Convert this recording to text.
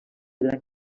gran